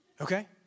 Okay